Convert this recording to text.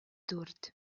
дүрт